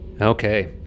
Okay